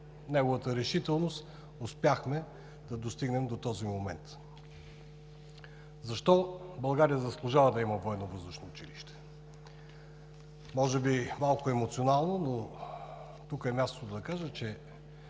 неговата решителност успяхме да достигнем до този момент. Защо България заслужава да има военновъздушно училище? Може би малко емоционално, но тук е мястото да кажа, че